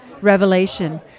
Revelation